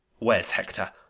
where's hector?